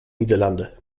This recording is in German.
niederlande